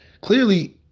clearly